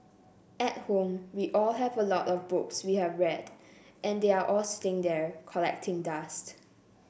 at home we all have a lot of books we have read and they are all sitting there collecting dust